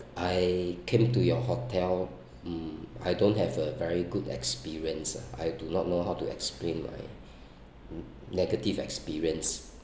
I came to your hotel mm I don't have a very good experience ah I do not know how to explain my negative experience